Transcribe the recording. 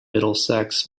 middlesex